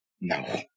No